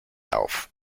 auf